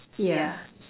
yeah